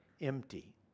empty